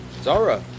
Zara